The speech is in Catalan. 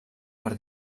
per